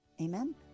Amen